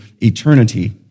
eternity